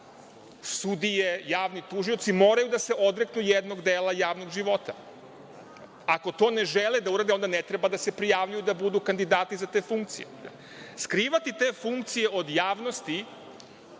sudije, javni tužioci, moraju da se odreknu jednog dela javnog života. Ako to ne žele da urade, onda ne treba da se prijavljuju da budu kandidati za te funkcije. Skrivati te funkcije od javnosti,